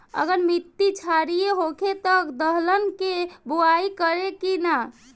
अगर मिट्टी क्षारीय होखे त दलहन के बुआई करी की न?